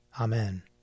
Amen